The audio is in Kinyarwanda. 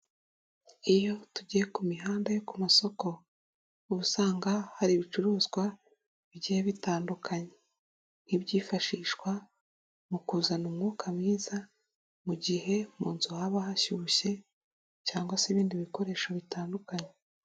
Iyo tugiye ku mihanda yo ku masoko uba usanga hari ibicuruzwa bigiye bitandukanye nk'ibyifashishwa mu kuzana umwuka mwiza mu gihe mu nzu haba hashyushye cyangwa se ibindi bikoresho bitandukanye.